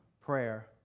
prayer